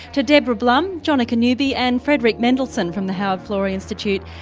to deborah blum, jonica newby and frederick mendelsohn from the howard florey institute,